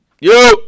yo